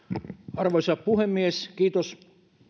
arvoisa puhemies